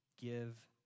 give